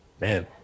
man